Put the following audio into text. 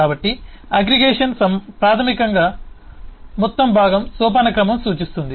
కాబట్టి అగ్రిగేషన్ ప్రాథమికంగా మొత్తం భాగం సోపానక్రమం సూచిస్తుంది